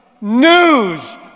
News